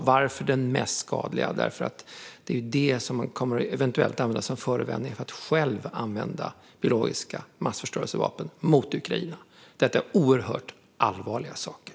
Varför den mest skadliga? Jo, därför att det är det som eventuellt kommer att användas som förevändning för att själv använda biologiska massförstörelsevapen mot Ukraina. Detta är oerhört allvarliga saker.